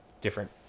different